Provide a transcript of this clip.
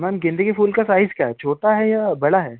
ma'am गेंदे के फूल का साइज क्या है छोटा है या बड़ा है